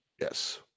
Yes